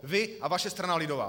Vy a vaše strana lidová.